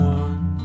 one